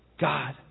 God